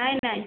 ନାହିଁ ନାହିଁ